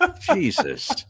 Jesus